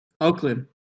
Oakland